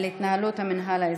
על התנהלות המינהל האזרחי,